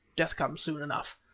death comes soon enough.